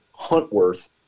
huntworth